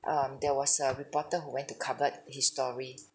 um there was a reporter who went to covered his story